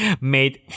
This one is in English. made